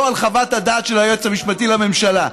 לא על חוות הדעת של היועץ המשפטי לממשלה: